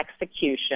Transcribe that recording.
execution